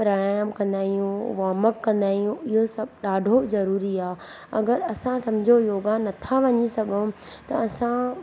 प्राणायाम कंदा आहियूं वॉमअप कंदा आहियूं इहो सभु ॾाढो ज़रूरी आहे अगरि असां सम्झो योगा नथा वञी सघूं त असां